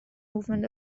movement